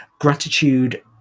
Gratitude